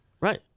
Right